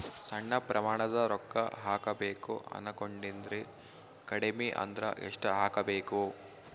ಸಣ್ಣ ಪ್ರಮಾಣದ ರೊಕ್ಕ ಹಾಕಬೇಕು ಅನಕೊಂಡಿನ್ರಿ ಕಡಿಮಿ ಅಂದ್ರ ಎಷ್ಟ ಹಾಕಬೇಕು?